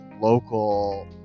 local